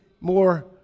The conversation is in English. more